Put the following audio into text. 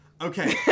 Okay